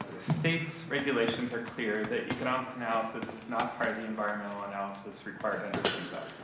ah state regulations are clear that economic analysis is not part of the environmental analysis required under sepa,